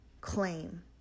claim